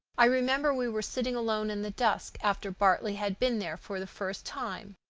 i remember we were sitting alone in the dusk after bartley had been there for the first time.